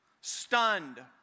stunned